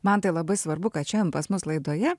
man tai labai svarbu kad šian pas mus laidoje